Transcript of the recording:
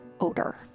odor